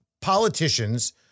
politicians